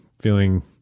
feeling